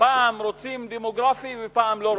פעם רוצים דמוגרפי ופעם לא רוצים דמוגרפי.